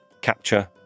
Capture